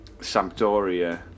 Sampdoria